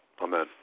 Amen